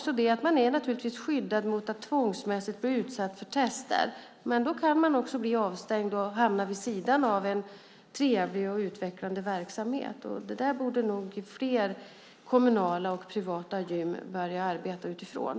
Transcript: Samtidigt är individen naturligtvis skyddad mot att tvångsmässigt bli utsatt för tester. Men då kan man också bli avstängd och hamna vid sidan av en trevlig och utvecklande verksamhet. Det där borde nog fler kommunala och privata gym börja arbeta utifrån.